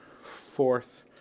fourth